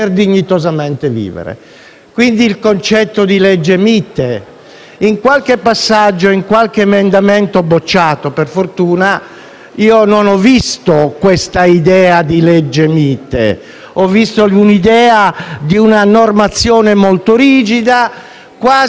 In qualche passaggio e in qualche emendamento, che per fortuna è stato respinto, non ho visto questa idea di legge mite, ma l'idea di una normazione molto rigida, quasi una specie di sollecitazione a cure di Stato